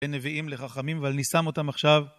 בין נביאים לחכמים ואני שם אותם עכשיו